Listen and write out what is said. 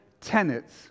tenets